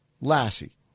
Lassie